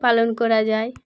পালন করা যায়